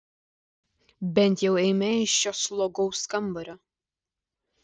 bent jau eime iš šio slogaus kambario